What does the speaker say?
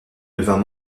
devint